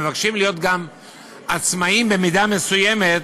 הם מבקשים להיות גם עצמאיים במידה מסוימת,